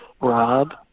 Rob